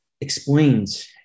explains